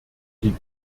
die